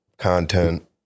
Content